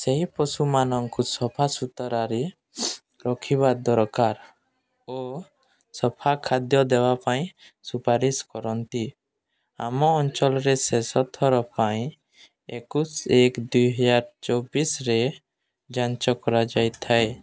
ସେହି ପଶୁମାନଙ୍କୁ ସଫା ସୁତରାରେ ରଖିବା ଦରକାର ଓ ସଫା ଖାଦ୍ୟ ଦେବା ପାଇଁ ସୁପାରିଶ୍ କରନ୍ତି ଆମ ଅଞ୍ଚଳରେ ଶେଷଥର ପାଇଁ ଏକୋଇଶି ଏକ ଦୁଇ ହଜାର ଚବିଶିରେ ଯାଞ୍ଚ କରାଯାଇଥାଏ